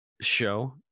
show